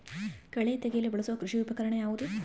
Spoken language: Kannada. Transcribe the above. ಕಳೆ ತೆಗೆಯಲು ಬಳಸುವ ಕೃಷಿ ಉಪಕರಣ ಯಾವುದು?